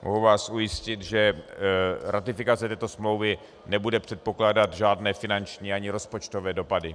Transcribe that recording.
Mohu vás ujistit, že ratifikace této smlouvy nebude předpokládat žádné finanční ani rozpočtové dopady.